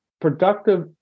productive